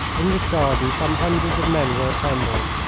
in this garden some hundreds of men were assembled,